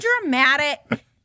dramatic